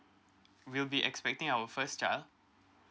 we'll be expecting our first child